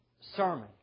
sermon